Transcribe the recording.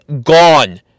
gone